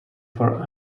for